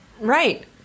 Right